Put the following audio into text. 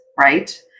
right